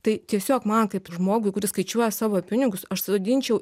tai tiesiog man kaip žmogui kuris skaičiuoja savo pinigus aš sodinčiau